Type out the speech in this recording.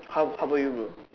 how how about you bro